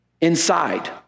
inside